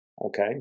okay